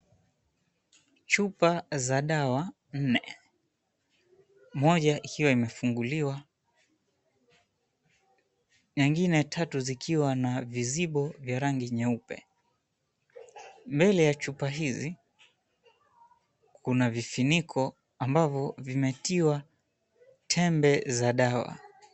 Chupa za dawa nne. Moja ikiwa imefunguliwa na ingine tatu zikiwa na vizibo ya rangi nyeupe. Mbele ya chupa hizo kuna vifuniko ambavyo vimetiwa tembe za dawa.